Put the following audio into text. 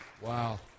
Wow